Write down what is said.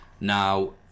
Now